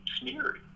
smeared